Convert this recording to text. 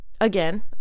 again